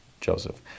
Joseph